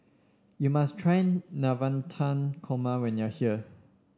you must try Navratan Korma when you are here